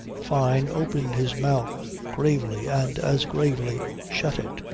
fyne opened his mouth gravely and as gravely shut it.